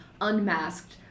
unmasked